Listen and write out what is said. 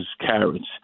carrots